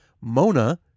Mona